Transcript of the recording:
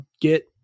get